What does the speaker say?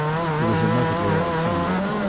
there was another girl, somewhere.